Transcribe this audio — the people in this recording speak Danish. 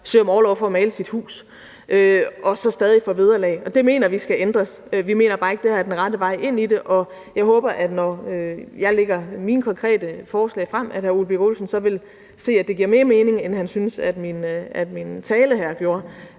søge om orlov for at male sit hus og så stadig få vederlag, mener vi, at det skal ændres. Vi mener bare ikke, at det her er den rette vej ind i det. Jeg håber, når jeg lægger mine konkrete forslag frem, at hr. Ole Birk Olesen så vil se, at det giver mere mening, end han synes min tale her gjorde;